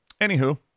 anywho